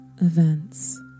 events